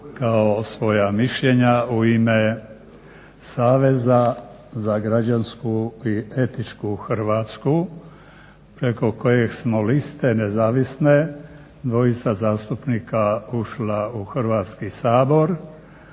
kao svoja mišljenja u ime Saveza za građansku i etičku Hrvatsku preko koje smo liste nezavisne dvojica zastupnika ušla u Hrvatski sabor,